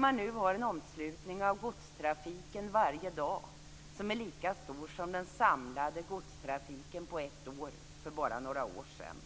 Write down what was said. Man har nu en omslutning av godstrafik varje dag som är lika stor som den samlade godstrafiken var på ett år för bara några år sedan.